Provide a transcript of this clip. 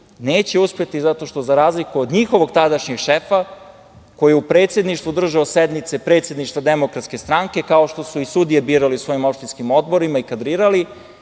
uspeti zato što za razliku od njihovog tadašnjeg šefa, koji je u predsedništvu držao sednice predsedništva Demokratske stranke, kao što su i sudije birali u svojim opštinskim odborima i kadrirali,